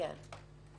כן.